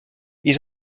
ils